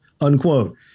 unquote